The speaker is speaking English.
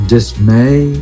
dismay